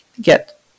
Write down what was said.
get